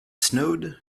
snowed